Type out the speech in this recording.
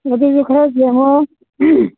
ꯑꯗꯨꯁꯨ ꯈꯔ ꯌꯦꯡꯉꯣ